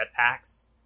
jetpacks